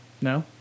No